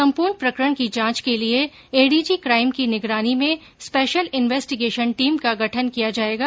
सम्पूर्ण प्रकरण की जांच के लिए एडीजी क्राइम की निगरानी में स्पेशल इन्वेस्टीगेशन टीम का गठन किया जाएगा